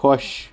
خۄش